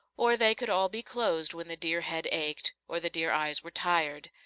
or they could all be closed when the dear head ached or the dear eyes were tired.